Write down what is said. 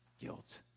guilt